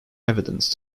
evidence